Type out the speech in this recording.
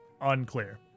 unclear